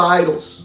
idols